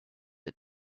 and